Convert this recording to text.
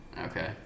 Okay